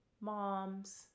moms